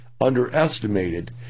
underestimated